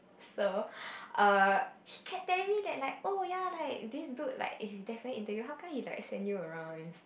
so err he kept telling me that like oh ya like this dude like is definitely into you how come he like send you around and